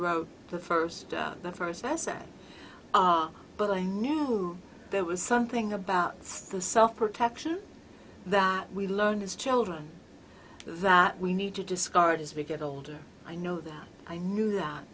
wrote the first the first essay are but i knew there was something about the self protection that we learn as children that we need to discard as we get older i know that i knew that